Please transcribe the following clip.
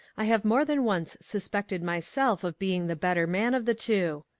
i have more than once suspected myself of being the better man of the two.